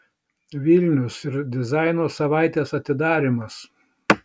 vilnius ir dizaino savaitės atidarymas